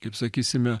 kaip sakysime